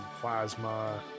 plasma